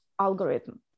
algorithm